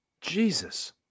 Jesus